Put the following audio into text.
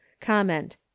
comment